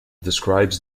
describes